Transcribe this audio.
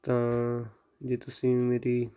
ਤਾਂ ਜੇ ਤੁਸੀਂ ਵੀ ਮੇਰੀ